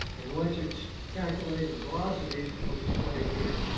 and once it's calculated the velocities, it'll display it here.